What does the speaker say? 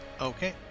Okay